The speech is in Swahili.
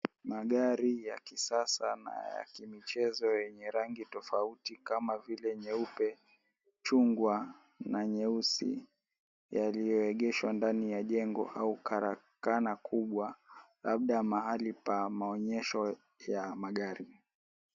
Magari ya kisasa na ya kimichezo yenye rangi tofauti kama vile nyeupe, chungwa na nyeusi yaliyoegeshwa ndani ya jengo au karakana kubwa labda mahali pa maonyesho ya magari.